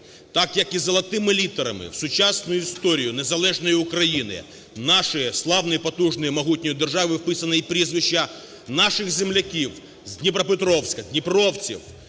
Так, як і золотими літерами в сучасну історію незалежної України, нашої славної, потужної і могутньої держави, вписані і прізвища наших земляків з Дніпропетровська, дніпровців